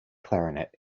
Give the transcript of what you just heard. clarinet